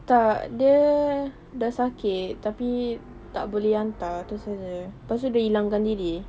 tak dia dah sakit tapi tak boleh hantar itu sahaja lepas tu dia hilangkan diri